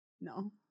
No